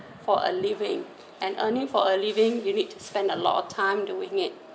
for a living and earning for a living you need to spend a lot of time doing it